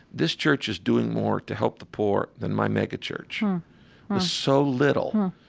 this church is doing more to help the poor than my megachurch. with so little,